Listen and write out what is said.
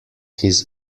his